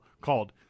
called